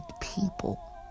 people